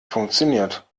funktioniert